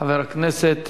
חבר הכנסת